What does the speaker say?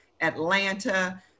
Atlanta